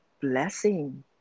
blessing